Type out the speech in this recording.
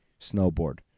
Snowboard